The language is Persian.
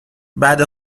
بعد